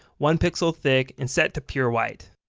one pixel thick and set to pure white.